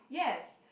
yes